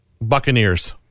Buccaneers